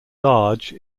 large